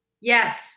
Yes